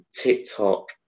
TikTok